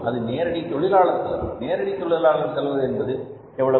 அது நேரடி தொழிலாளர் செலவு நேரடி தொழிலாளர் செலவு என்பது எவ்வளவு